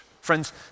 friends